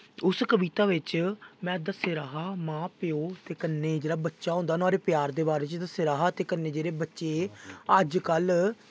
उस कविता बिच्च मैं दस्से दा ऐ मां प्यो ते कन्ने जेह्ड़ा बच्चा होंदा नोहाड़े प्यार दे बारे च दस्से दा हा ते कन्नै जेह्ड़े बच्चे अजकल्ल